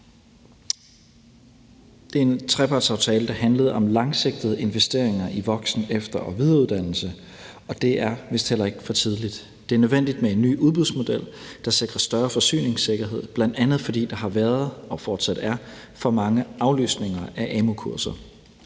Det er en trepartsaftale, der handler om langsigtede investeringer i voksen-, efter- og videreuddannelse, og det er vist heller ikke for tidligt. Det er nødvendigt med en ny udbudsmodel, der sikrer større forsyningssikkerhed, bl.a. fordi der har været og fortsat er for mange aflysninger af amu-kurser.